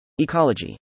Ecology